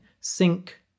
sync